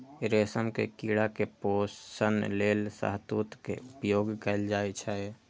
रेशम के कीड़ा के पोषण लेल शहतूत के उपयोग कैल जाइ छै